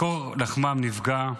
מקור לחמם נפגע.